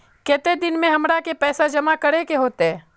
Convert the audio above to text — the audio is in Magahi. केते दिन में हमरा के पैसा जमा करे होते?